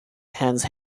hannes